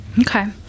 Okay